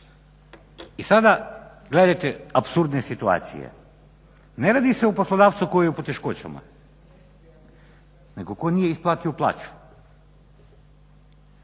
I sada gledajte apsurdne situacije, ne radi se o poslodavcu koji je u poteškoćama nego tko nije isplatio plaću.